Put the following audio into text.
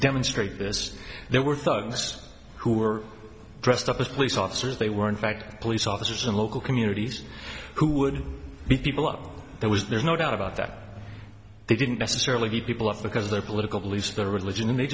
demonstrate this there were thugs who were dressed up as police officers they were in fact police officers and local communities who would be people out there was there's no doubt about that they didn't necessarily keep people off because their political beliefs their religion and they